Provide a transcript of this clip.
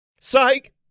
Psych